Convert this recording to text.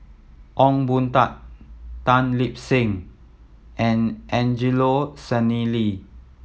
Ong Boon Tat Tan Lip Seng and Angelo Sanelli